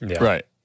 Right